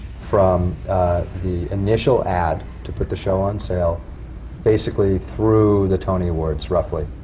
from the initial ad to put the show on sale basically through the tony awards, roughly,